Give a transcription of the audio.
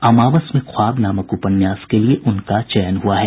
अमावस में ख्वाब नामक उपन्यास के लिए उनका चयन हुआ है